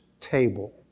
table